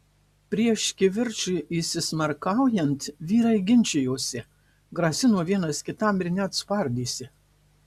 prieš kivirčui įsismarkaujant vyrai ginčijosi grasino vienas kitam ir net spardėsi